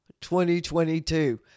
2022